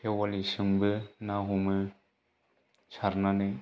खेवालिजोंबो ना हमो सारनानै